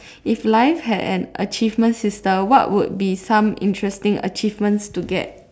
if life had an achievement system what would be some interesting achievements to get